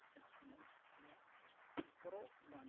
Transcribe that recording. ᱡᱟᱦᱟᱸ ᱛᱤᱱᱟᱹᱜ ᱜᱮ ᱟᱞᱮᱭᱟᱜ ᱦᱚᱨᱚᱜ ᱵᱟᱸᱫᱮ